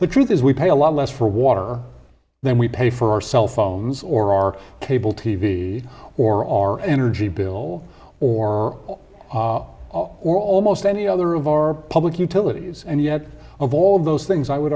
the truth is we pay a lot less for water then we pay for our cellphones or our cable t v or our energy bill or all or almost any other of our public utilities and yet of all those things i would